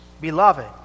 Beloved